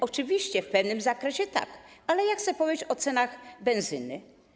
Oczywiście w pewnym zakresie tak, ale chcę powiedzieć o cenach benzyny.